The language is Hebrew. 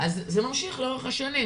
אז זה ממשיך לאורך השנים.